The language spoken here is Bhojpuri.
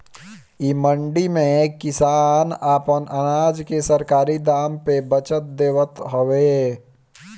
इ मंडी में किसान आपन अनाज के सरकारी दाम पे बचत देवत हवे